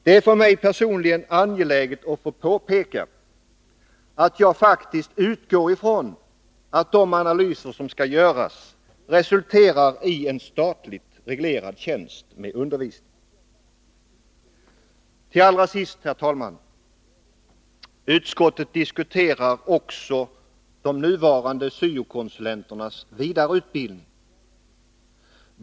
Det är för mig personligen angeläget att få påpeka att jag faktiskt utgår från att de analyser som skall göras resulterar i en statligt reglerad tjänst med undervisning. Till allra sist, herr talman! Utskottet diskuterar också de nuvarande syo-konsulenternas vidareutbildning.